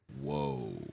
Whoa